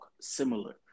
similar